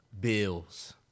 Bills